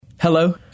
Hello